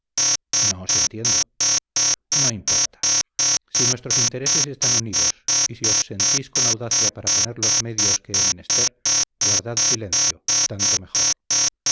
no os entiendo no importa si nuestros intereses están unidos y si os sentís con audacia para poner los medios que he menester guardad silencio tanto mejor